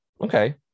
okay